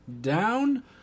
down